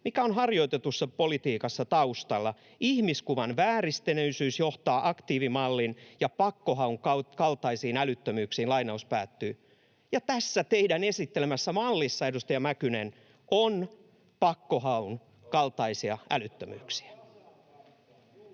mikä on harjoitetussa politiikassa taustalla. Ihmiskuvan vääristyneisyys johtaa aktiivimallin ja pakkohaun kaltaisiin älyttömyyksiin.” Ja tässä teidän esittelemässänne mallissa, edustaja Mäkynen, on pakkohaun kaltaisia älyttömyyksiä.